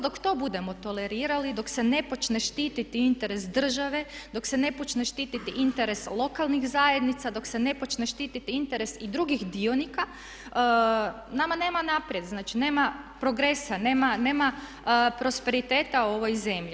dok to budemo tolerirali, dok se ne počne štiti interes države, dok se ne počne štiti interes lokalnih zajednica, dok se ne počne štiti interes i drugih dionika nama nema naprijed, znači nema progresa, nema prosperiteta ovoj zemlji.